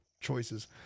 choices